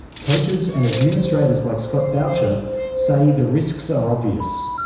coaches and administrators like scott boucher say the risks are obvious.